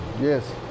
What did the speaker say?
Yes